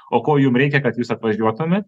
o ko jum reikia kad jūs atvažiuotumėt